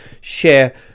share